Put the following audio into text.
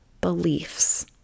beliefs